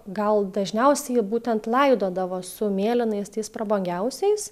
gal dažniausiai būtent laidodavo su mėlynais tais prabangiausiais